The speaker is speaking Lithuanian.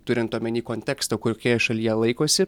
turint omeny kontekstą kokioje šalyje laikosi